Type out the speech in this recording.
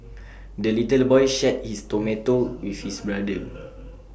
the little boy shared his tomato with his brother